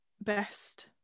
best